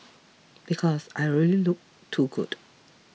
because I already look too good